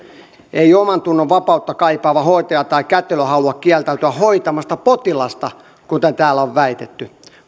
ei omantunnonvapautta kaipaava hoitaja tai kätilö halua kieltäytyä hoitamasta potilasta kuten täällä on väitetty